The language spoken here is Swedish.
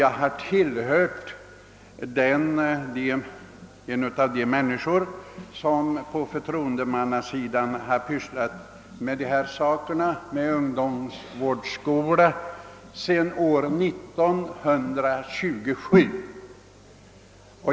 Jag har tillhört dem som på förtroendemannasidan har sysslat med ungdomsvårdsskola sedan år 1927.